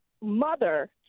mother